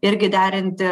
irgi derinti